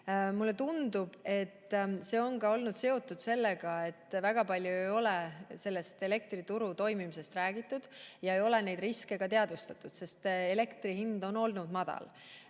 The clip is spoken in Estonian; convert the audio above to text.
Mulle tundub, et see on olnud seotud sellega, et väga palju ei ole elektrituru toimimisest räägitud ja ei ole neid riske teadvustatud, sest elektri hind on olnud madal.